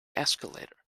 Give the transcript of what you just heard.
escalator